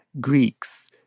Greeks